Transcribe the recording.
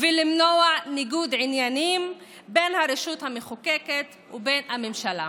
ולמנוע ניגוד עניינים בין הרשות המחוקקת ובין הממשלה.